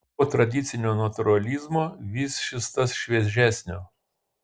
po tradicinio natūralizmo vis šis tas šviežesnio